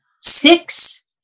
six